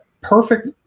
Perfect